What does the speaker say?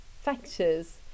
factors